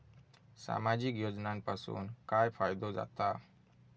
सामाजिक योजनांपासून काय फायदो जाता?